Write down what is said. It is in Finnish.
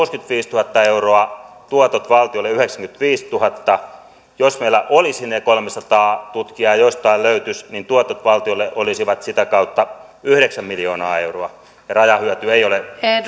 kuusikymmentäviisituhatta euroa ja tuotot valtiolle yhdeksänkymmentäviisituhatta jos meillä olisi ne kolmesataa tutkijaa jos jostain ne löytyisivät niin tuotot valtiolle olisivat sitä kautta yhdeksän miljoonaa euroa rajahyöty ei ole